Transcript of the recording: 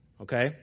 Okay